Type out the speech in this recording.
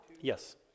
yes